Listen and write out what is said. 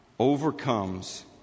overcomes